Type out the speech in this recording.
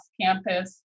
campus